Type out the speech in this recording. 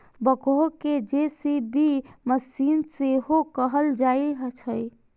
backhoe कें JCB machine सेहो कहल जाइ छै